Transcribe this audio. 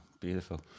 beautiful